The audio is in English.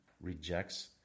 rejects